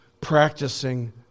practicing